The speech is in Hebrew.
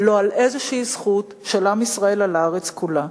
לא על איזושהי זכות של עם ישראל על הארץ כולה.